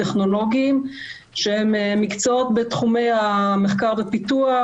טכנולוגיים שהם מקצועות בתחומי המחקר והפיתוח,